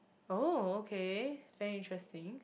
oh okay very interesting